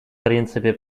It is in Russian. принципе